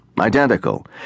identical